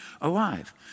alive